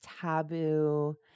taboo